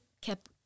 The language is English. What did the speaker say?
kept